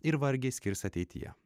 ir vargiai skirs ateityje